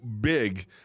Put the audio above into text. big